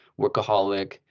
workaholic